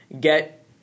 get